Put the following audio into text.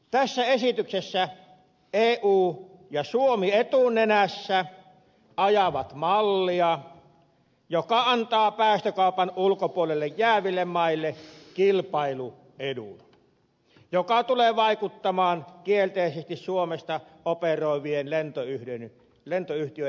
tässä esityksessä eu ja suomi etunenässä ajavat mallia joka antaa päästökaupan ulkopuolelle jääville maille kilpailuedun joka tulee vaikuttamaan kielteisesti suomesta operoivien lentoyhtiöiden kilpailukykyyn